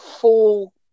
full